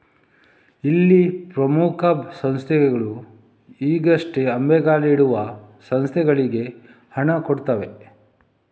ಇಲ್ಲಿ ಪ್ರಮುಖ ಸಂಸ್ಥೆಗಳು ಈಗಷ್ಟೇ ಅಂಬೆಗಾಲಿಡುವ ಸಂಸ್ಥೆಗಳಿಗೆ ಹಣ ಕೊಡ್ತವೆ